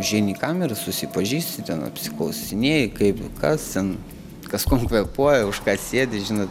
užeini į kamerą susipažįsti ten apsiklausinėji kaip kas ten kas kuom kvėpuoja už ką sėdi žinot